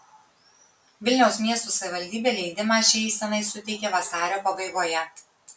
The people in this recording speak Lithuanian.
vilniaus miesto savivaldybė leidimą šiai eisenai suteikė vasario pabaigoje